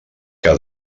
que